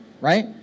right